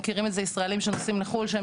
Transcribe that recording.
מכירים את זה ישראלים שנוסעים לחו"ל שהם